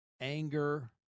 anger